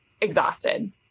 exhausted